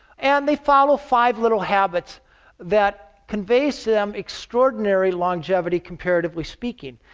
and they follow five little habits that conveys to them extraordinary longevity, comparatively speaking.